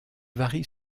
varient